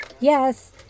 Yes